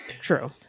True